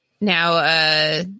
now